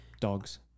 Dogs